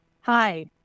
Hi